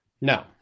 No